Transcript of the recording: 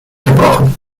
gebrochen